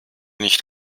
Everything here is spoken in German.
nicht